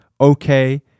okay